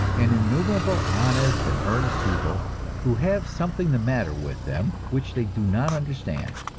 and innumerable honest and earnest people who have something the matter with them which they do not understand.